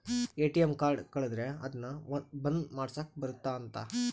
ATM card ಕಳುದ್ರೆ ಅದುನ್ನ ಬಂದ್ ಮಾಡ್ಸಕ್ ಬರುತ್ತ ಅಂತ